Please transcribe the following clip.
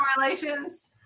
relations